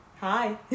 Hi